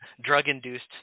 Drug-induced